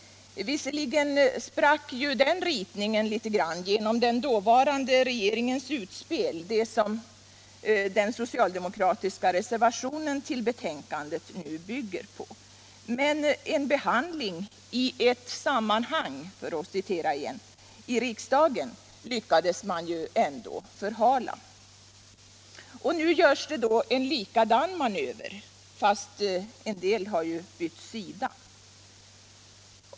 Visserligen spräcktes den ritningen litet genom den dåvarande regeringens utspel, det som den socialdemokratiska reservationen i betänkandet nu bygger på, men en behandling ”i ett sammanhang” i riksdagen lyckades man ju ändå förhala. Och nu görs en liknande manöver, fastän några har bytt sida.